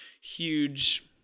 huge